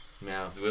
Now